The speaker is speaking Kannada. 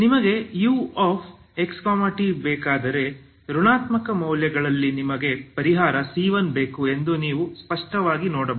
ನಿಮಗೆ uxt ಬೇಕಾದರೆ ಋಣಾತ್ಮಕ ಮೌಲ್ಯಗಳಲ್ಲಿ ನಿಮಗೆ ಪರಿಹಾರ c1 ಬೇಕು ಎಂದು ನೀವು ಸ್ಪಷ್ಟವಾಗಿ ನೋಡಬಹುದು